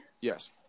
Yes